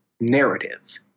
narrative